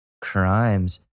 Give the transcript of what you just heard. crimes